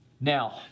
Now